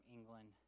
England